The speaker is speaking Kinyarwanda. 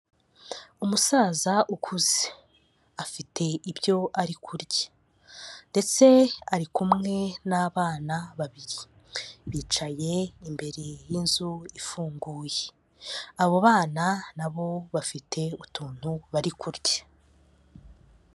Umusaza ukuze afite ibyo ari kurya, ndetse ari kumwe n'abana babiri, bicaye imbere y'inzu ifunguye, abo bana nabo bafite utuntu bari kurya.